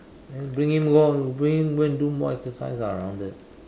bring him go bring him go and do more exercise ah around there